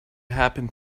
happened